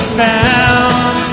found